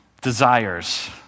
desires